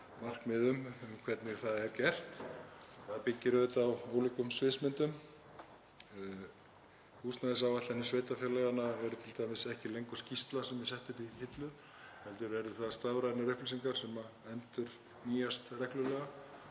markmiði um hvernig það er gert. Það byggir auðvitað á ólíkum sviðsmyndum. Húsnæðisáætlanir sveitarfélaganna eru t.d. ekki lengur skýrsla sem er sett upp í hillu heldur eru það stafrænar upplýsingar sem endurnýjast og eru